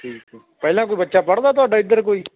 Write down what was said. ਠੀਕ ਪਹਿਲਾਂ ਕੋਈ ਬੱਚਾ ਪੜ੍ਹਦਾ ਤੁਹਾਡਾ ਇੱਧਰ ਕੋਈ